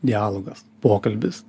dialogas pokalbis